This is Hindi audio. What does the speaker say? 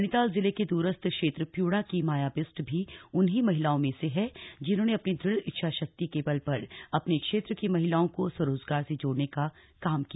नैनीताल जिले के दूरस्थ क्षेत्र प्युड़ा की माया बिष्ट भी उन ही महिलाओं में है जिन्होंने अपनी दृढ़ इच्छा शक्ति के बल पर अपने क्षेत्र की महिलाओं का स्वरोजगार से जोड़ने का काम किया